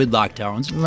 lockdowns